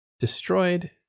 destroyed